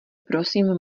prosím